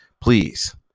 Please